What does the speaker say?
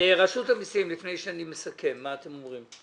רשות המיסים, לפני שאני מסכם, מה אתם אומרים?